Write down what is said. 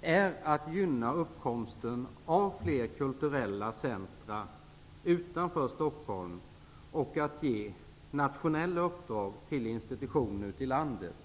är att gynna uppkomsten av fler kulturella centrum utanför Stockholm samt att ge nationella uppdrag till institutioner ute i landet.